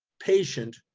patient,